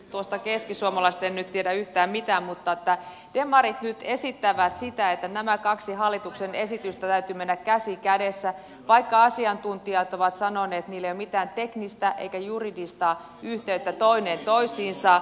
tuosta keskisuomalaisesta en nyt tiedä yhtään mitään mutta demarit nyt esittävät sitä että näiden kahden hallituksen esityksen täytyy mennä käsi kädessä vaikka asiantuntijat ovat sanoneet että niillä ei ole mitään teknistä eikä juridista yhteyttä toinen toisiinsa